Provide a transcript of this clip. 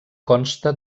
consta